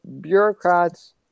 bureaucrats